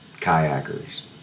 kayakers